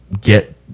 Get